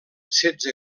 setze